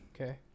Okay